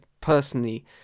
personally